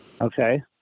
Okay